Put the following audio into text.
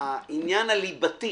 העניין הליבתי